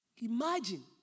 Imagine